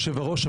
יושב-הראש,